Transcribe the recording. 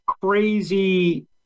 Crazy